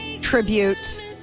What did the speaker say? tribute